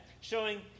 showing